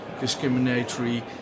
discriminatory